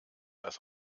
das